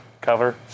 cover